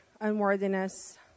unworthiness